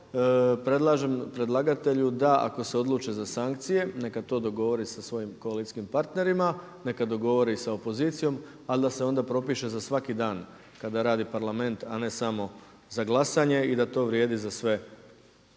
posao. Predlažem predlagatelju da ako se odluče za sankcije neka to dogovori sa svojim koalicijskim partnerima, neka dogovori sa opozicijom, ali da se onda propiše za svaki dan kada radi Parlament a ne samo za glasanje i da to vrijedi za sve